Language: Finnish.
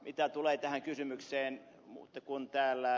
mitä tulee tähän kysymykseen niin kun täällä ed